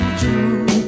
true